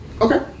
Okay